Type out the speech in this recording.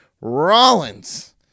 Rollins